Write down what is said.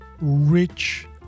rich